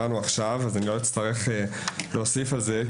אז אני לא אצטרך להוסיף על זה.